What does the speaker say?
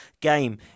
game